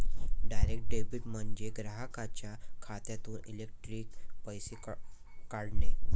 direct debit म्हणजे ग्राहकाच्या खात्यातून इलेक्ट्रॉनिक पैसे काढणे